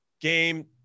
game